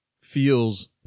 feels